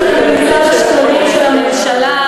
השקרים של הממשלה,